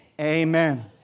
Amen